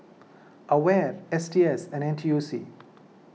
Aware S T S and N T U C